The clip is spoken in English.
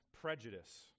prejudice